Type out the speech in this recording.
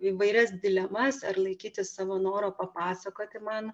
įvairias dilemas ar laikytis savo noro papasakoti man